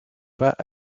pas